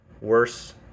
Worse